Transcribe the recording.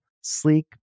sleek